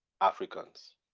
Africans